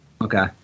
Okay